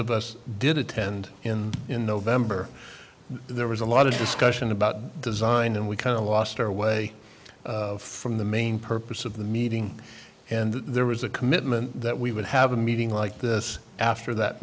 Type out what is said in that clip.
of us did attend in november there was a lot of discussion about design and we kind of lost our way from the main purpose of the meeting and there was a commitment that we would have a meeting like this after that